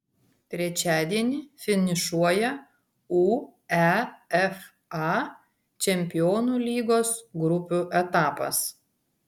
trečiadienį finišuoja uefa čempionų lygos grupių etapas